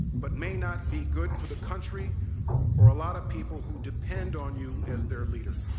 but may not be good for the country or a lot of people who depend on you as their leader.